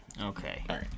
Okay